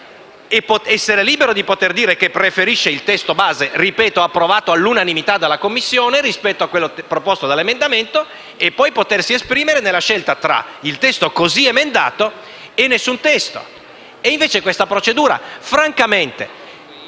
essere libero di poter dire che preferisce il testo base, ripeto approvato all'unanimità dalla Commissione, rispetto a quello proposto dall'emendamento D'Ascola, per poi potersi esprimere nella scelta tra il testo così emendato e nessun testo. Di questa procedura, francamente,